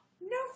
No